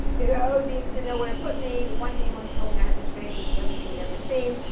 you know, deans didn't know where to put me. one dean once told me i had the strangest resume he'd ever seen.